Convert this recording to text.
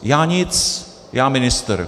Já nic, já ministr!